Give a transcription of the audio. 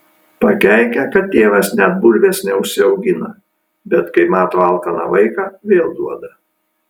pakeikia kad tėvas net bulvės neužsiaugina bet kai mato alkaną vaiką vėl duoda